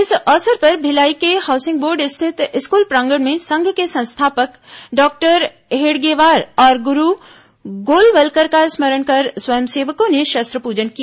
इस अवसर पर भिलाई के हाउसिंग बोर्ड स्थित स्कूल प्रांगण में संघ के संस्थापक डॉक्टर हेड़गेवार और गुरू गोलवलकर का स्मरण कर स्वयं सेवकों ने शस्त्र पूजन किया